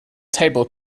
table